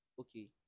okay